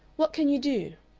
what can you do?